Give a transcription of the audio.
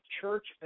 church